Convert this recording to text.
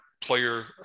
player